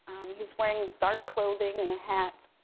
he's wearing dark clothing and a hat.